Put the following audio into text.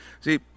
See